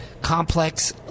complex